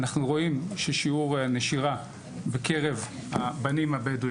אנחנו רואים ששיעור הנשירה בקרב הבנים,